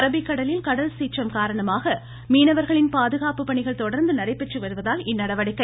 அரபிக்கடலில் கடல்சீற்றம் காரணமாக மீனவர்களின் பாதுகாப்பு பணிகள் தொடர்ந்து மேற்கொள்ளப்படுவதால் இந்நடவடிக்கை